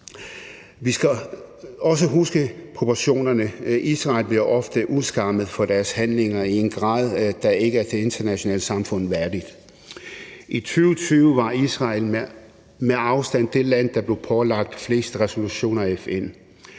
skal vi også huske proportionerne. Israel bliver ofte udskammet for deres handlinger i en grad, der ikke er det internationale samfund værdigt. I 2020 var Israel med afstand det land, der blev pålagt flest resolutioner af FN.